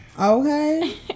okay